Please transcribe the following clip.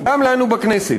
גם לנו בכנסת,